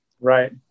Right